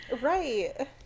Right